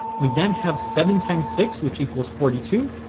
we then have seven times six which equals forty two.